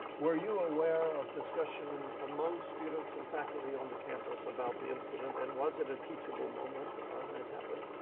were you aware of discussion among students and faculty on the campus about the incident and was it a teachable moment when it happened?